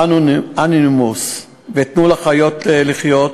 "אנונימוס" ו"תנו לחיות לחיות".